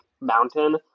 mountain